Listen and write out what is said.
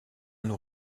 nous